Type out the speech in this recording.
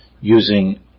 using